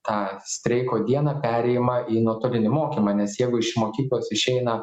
tą streiko dieną perėjimą į nuotolinį mokymą nes jeigu iš mokyklos išeina